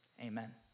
Amen